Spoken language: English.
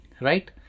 right